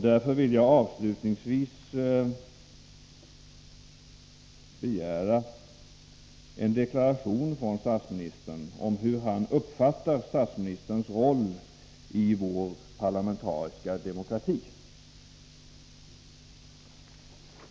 Därför vill jag avslutningsvis begära en deklaration från statsministern om hur han uppfattar statsministerns roll i vår parlamentariska demokrati.